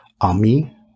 Ami